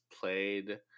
played